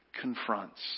confronts